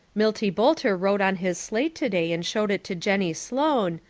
milty boulter wrote on his slate today and showed it to jennie sloane,